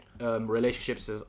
relationships